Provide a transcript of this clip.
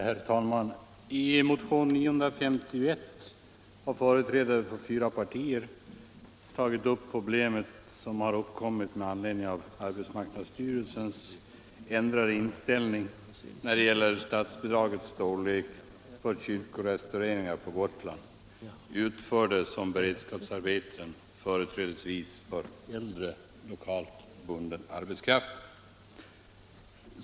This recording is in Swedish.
Herr talman! I motionen 951 har företrädare för fyra partier tagit upp det problem som uppkommit med anledning av arbetsmarknadsstyrelsens ändrade inställning när det gäller statsbidragets storlek för kyrkorestaureringar på Gotland, utförda som beredskapsarbete företrädesvis för äldre, lokalt bunden arbetskraft.